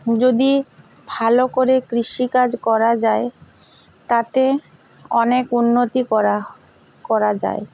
যদি ভালো করে কৃষিকাজ করা যায় তাতে অনেক উন্নতি করা হ করা যায়